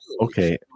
okay